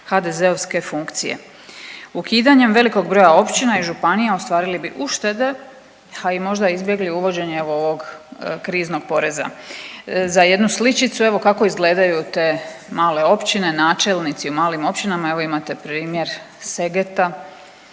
HDZ-ovske funkcije. Ukidanjem velikog broja općina i županija ostvarili bi uštede, ha i možda izbjegli uvođenje evo ovog kriznog poreza. Za jednu sličicu evo kako izgledaju te male općine, načelnici u malim općinama, evo imate primjer Segeta,